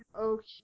Okay